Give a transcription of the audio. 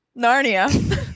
Narnia